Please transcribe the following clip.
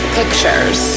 pictures